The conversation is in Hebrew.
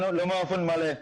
לא באופן מלא.